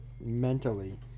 mentally